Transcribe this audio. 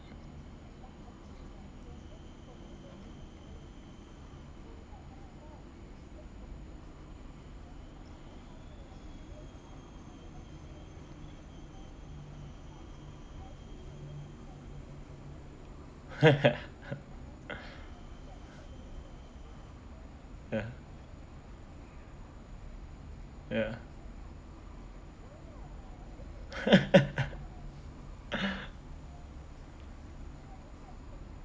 ya ya